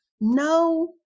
No